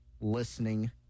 listening